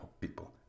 people